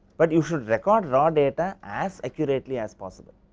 but you should record raw data as accurately as possible.